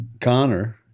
Connor